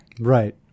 right